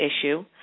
issue